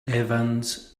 evans